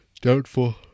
Doubtful